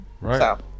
Right